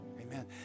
Amen